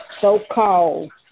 so-called